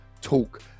talk